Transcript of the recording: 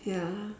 ya